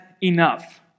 enough